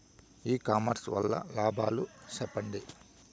ఇ commerce వల్ల లాభాలు సెప్పండి?